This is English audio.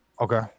Okay